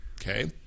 okay